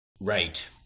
Right